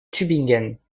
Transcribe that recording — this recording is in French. tübingen